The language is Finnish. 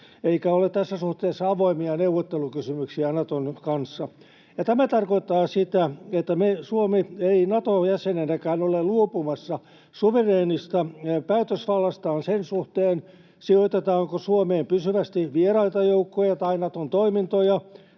eikä ole tässä suhteessa avoimia neuvottelukysymyksiä Naton kanssa. Tämä tarkoittaa sitä, että Suomi ei Nato-jäsenenäkään ole luopumassa suvereenista päätösvallastaan sen suhteen, sijoitetaanko Suomeen pysyvästi vieraita joukkoja tai Naton toimintoja,